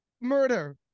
Murder